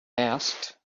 asked